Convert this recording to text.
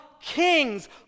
Kings